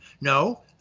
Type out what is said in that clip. No